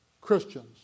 Christians